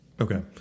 Okay